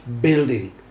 building